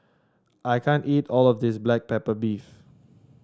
I can't eat all of this Black Pepper Beef